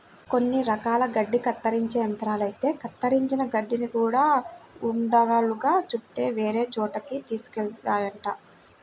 కొన్ని రకాల గడ్డి కత్తిరించే యంత్రాలైతే కత్తిరించిన గడ్డిని గూడా ఉండలుగా చుట్టి వేరే చోటకి తీసుకెళ్తాయంట